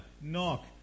knock